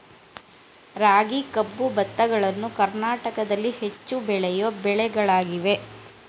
ರಾಗಿ, ಕಬ್ಬು, ಭತ್ತಗಳನ್ನು ಕರ್ನಾಟಕದಲ್ಲಿ ಹೆಚ್ಚು ಬೆಳೆಯೋ ಬೆಳೆಗಳಾಗಿವೆ